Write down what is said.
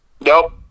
Nope